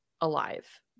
alive